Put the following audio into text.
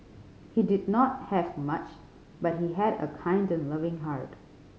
he did not have much but he had a kind and loving heart